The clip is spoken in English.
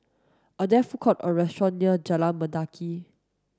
are there food courts or restaurants near Jalan Mendaki